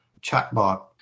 chatbot